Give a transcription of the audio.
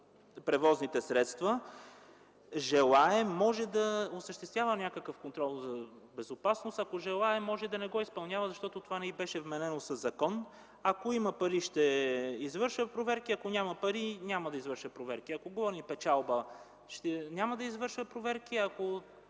превозните средства, желае, може да осъществява някакъв контрол за безопасност, ако не желае, може да не го изпълнява, защото това не й беше вменено със закон. Ако има пари, ще извършва проверките, ако няма пари, няма да извършва проверки. Ако гони печалба, няма да извършва проверки, ако